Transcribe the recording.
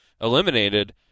eliminated